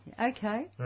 Okay